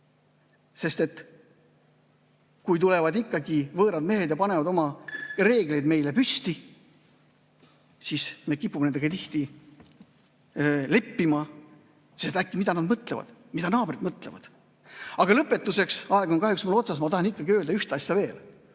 arad. Kui tulevad võõrad mehed ja panevad oma reeglid püsti, siis me kipume nendega tihti leppima, sest mida nad mõtlevad, mida naabrid mõtlevad. Lõpetuseks, aeg on kahjuks mul otsas, ma tahan öelda ühte asja veel.